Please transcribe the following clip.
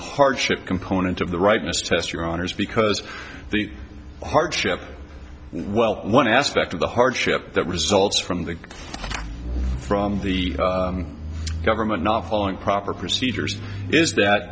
hardship component of the rightness test your honour's because the hardship well one aspect of the hardship that results from the from the government not following proper procedures is that